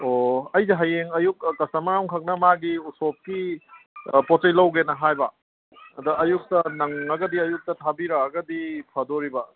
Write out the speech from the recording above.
ꯑꯣ ꯑꯩꯗꯤ ꯍꯌꯦꯡ ꯑꯌꯨꯛ ꯀꯁꯇꯃꯔ ꯑꯃꯈꯛꯅ ꯃꯥꯒꯤ ꯎꯁꯣꯞꯀꯤ ꯄꯣꯠ ꯆꯩ ꯂꯧꯒꯦꯅ ꯍꯥꯏꯕ ꯑꯗ ꯑꯌꯨꯛꯇ ꯅꯪꯂꯒꯗꯤ ꯑꯌꯨꯛꯇ ꯊꯥꯕꯤꯔꯛꯂꯒꯗꯤ ꯐꯗꯣꯔꯤꯕ